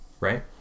Right